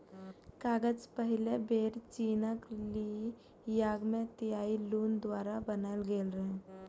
कागज पहिल बेर चीनक ली यांग मे त्साई लुन द्वारा बनाएल गेल रहै